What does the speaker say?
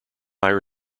higher